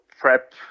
Prep